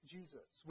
Jesus